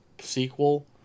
sequel